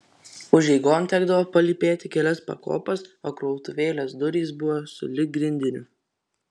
užeigon tekdavo palypėti kelias pakopas o krautuvėlės durys buvo sulig grindiniu